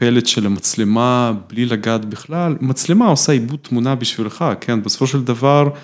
פלט של המצלמה בלי לגעת בכלל, מצלמה עושה עיבוד תמונה בשבילך בסופו של דבר.